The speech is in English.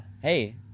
Hey